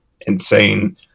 insane